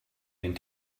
den